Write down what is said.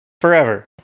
forever